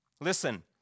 Listen